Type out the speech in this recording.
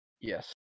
Yes